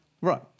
Right